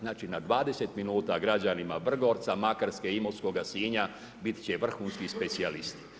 Znači na 20 min građanima Vrgorca, Makarske, Imotskoga Sinja, biti će vrhunski specijalist.